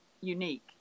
unique